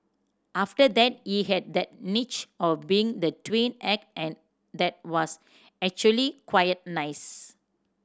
after that he had that niche of being the twin act and that was actually quite nice